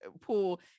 pool